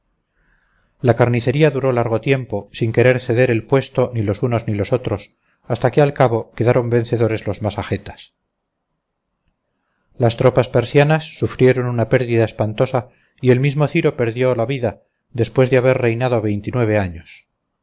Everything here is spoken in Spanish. la carnicería duró largo tiempo sin querer ceder el puesto ni los unos ni los otros hasta que al cabo quedaron vencedores los masegetas las tropas persianas sufrieron una pérdida espantosa y el mismo ciro perdió la vida después de haber reinado veintinueve años